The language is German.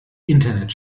internet